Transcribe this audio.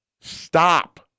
Stop